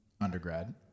undergrad